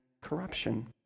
corruption